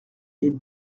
est